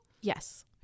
Yes